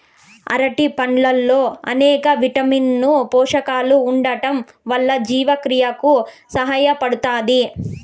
అరటి పండ్లల్లో అనేక విటమిన్లు, పోషకాలు ఉండటం వల్ల జీవక్రియకు సహాయపడుతాది